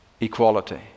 Equality